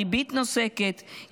הריבית נוסקת,